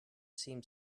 seemed